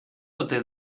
ote